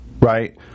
right